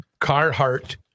Carhartt